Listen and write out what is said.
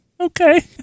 Okay